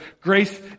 Grace